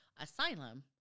asylum